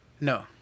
no